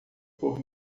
por